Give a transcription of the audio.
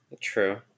True